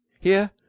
here,